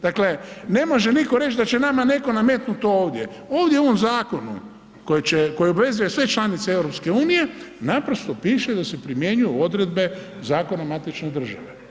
Dakle ne može nitko reći da će nama netko nametnut to ovdje, ovdje u ovom zakonu koji će, koji obvezuje sve članice EU naprosto piše da se primjenjuju odredbe zakona matične države.